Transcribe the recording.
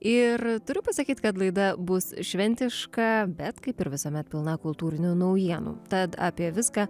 ir turiu pasakyti kad laida bus šventiška bet kaip ir visuomet pilna kultūrinių naujienų tad apie viską